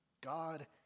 God